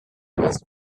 best